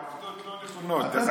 העובדות לא נכונות.